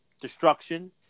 destruction